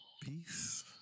Peace